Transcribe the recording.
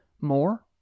more